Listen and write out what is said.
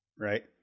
right